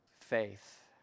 faith